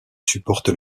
supporte